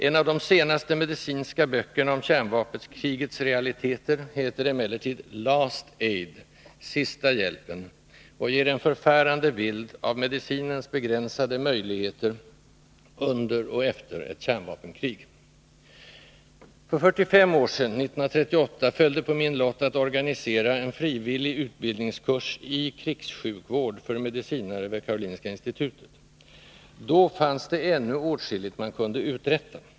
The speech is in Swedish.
En av de senaste medicinska böckerna om kärnvapenkrigets realiteter heter emellertid ”Last aid” — sista hjälpen — och ger en förfärande bild av medicinens begränsade möjligheter under och efter ett kärnvapenkrig. För 45 år sedan, 1938, föll det på min lott att organisera en frivillig utbildningskurs i krigssjukvård för medicinare vid Karolinska institutet. Då fanns det ännu åtskilligt man kunde uträtta.